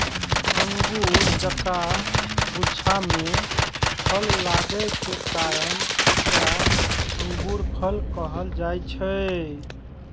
अंगूर जकां गुच्छा मे फल लागै के कारण एकरा अंगूरफल कहल जाइ छै